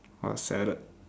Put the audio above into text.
!wah! sadded